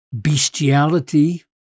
bestiality